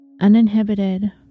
uninhibited